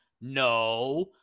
No